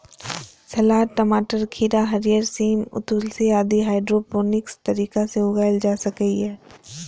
सलाद, टमाटर, खीरा, हरियर सेम, तुलसी आदि हाइड्रोपोनिक्स तरीका सं उगाएल जा सकैए